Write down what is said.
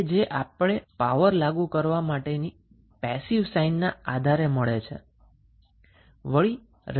હવે રેઝિસ્ટન્સ ની minus value આપણને કહે છે કે પેસીવ સાઈન કંવેંશન ના આધારે સર્કિટ પાવર સપ્લાય કરે છે